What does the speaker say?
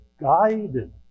guided